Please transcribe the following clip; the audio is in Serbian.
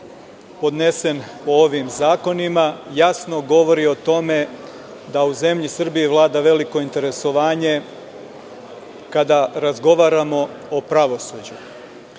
podnesen po ovim zakonima, jasno govori o tome da u zemlji Srbiji vlada veliko interesovanje kada razgovaramo o pravosuđu.